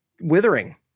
withering